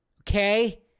okay